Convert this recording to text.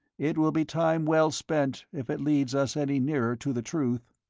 it will be time well spent if it leads us any nearer to the truth.